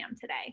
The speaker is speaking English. today